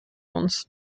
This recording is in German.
uns